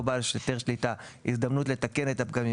בעל היתר שליטה הזדמנות לתקן את הפגמים,